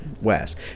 west